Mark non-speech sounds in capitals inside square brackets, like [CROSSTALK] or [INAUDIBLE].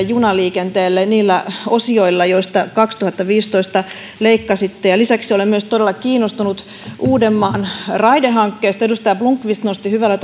[UNINTELLIGIBLE] junaliikenteelle niillä osioilla joista kaksituhattaviisitoista leikkasitte lisäksi olen myös todella kiinnostunut uudenmaan raidehankkeesta edustaja blomqvist nosti hyvällä [UNINTELLIGIBLE]